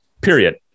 period